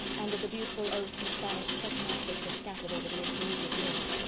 and of the beautiful oaks and spanish chestnuts which were scattered over the intermediate lawn.